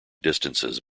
distances